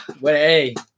Wait